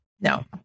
No